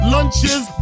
Lunches